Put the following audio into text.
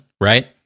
right